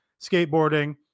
skateboarding